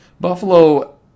Buffalo